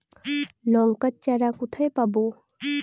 লঙ্কার চারা কোথায় পাবো?